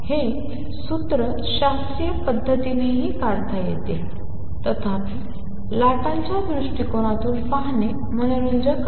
हे सूत्र शास्त्रीय पद्धतीनेही काढता येते तथापि लाटाच्या दृष्टिकोनातून पाहणे मनोरंजक आहे